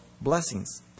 blessings